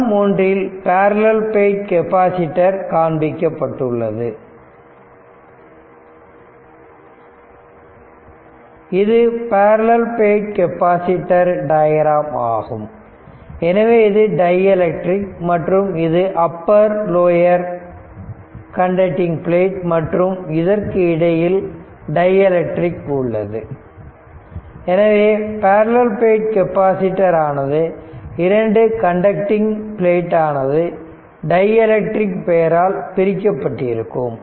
படம் ஒன்றில் parallel plate capacitor காண்பிக்கப்பட்டுள்ளது இது பேரலல் பிளேட் கெபாசிட்டர் டயக்ராம் ஆகும் எனவே இது டைஎலக்ட்ரிக் மற்றும் இது அப்பர் லோயர் கண்டக்டிங் பிளேட் மற்றும் இதற்கு இடையில் டைஎலக்ட்ரிக் உள்ளது எனவே பேரலல் பிளேட் கெபாசிட்டர் ஆனது 2 கண்டக்டிங் பிளேட் ஆனது டை எலக்ட்ரிக் பெயரால் பிரிக்கப்பட்டிருக்கும்